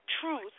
truth